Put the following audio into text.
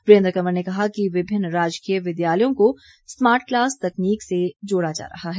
वीरेंद्र कंवर ने कहा कि विभिन्न राजकीय विद्यालयों को स्मार्ट क्लास तकनीक से जोड़ा जा रहा है